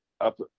up